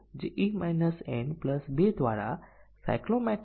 હવે જ્યારે આપણે A ને ખોટું અને B ને સાચું સેટ કરીએ છીએ તો પરિણામ ખોટું છે